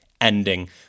Ending